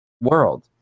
world